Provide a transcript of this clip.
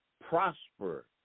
prosper